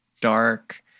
dark